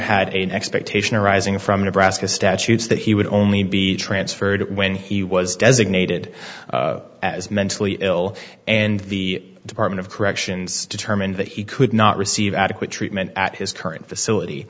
a an expectation arising from nebraska statutes that he would only be transferred when he was designated as mentally ill and the department of corrections determined that he could not receive adequate treatment at his current facility